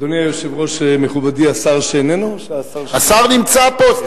אדוני היושב-ראש, מכובדי השר שאיננו, השר נמצא פה.